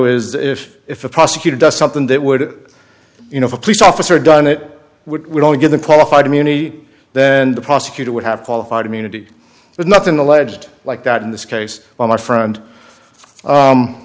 that if if a prosecutor does something that would you know a police officer done it would only give the qualified immunity then the prosecutor would have qualified immunity but nothing alleged like that in this case while my friend